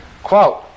Quote